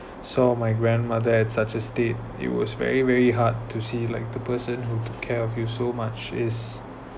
saw my grandmother at such as state it was very very hard to see like the person who took care of you so much is